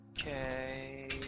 Okay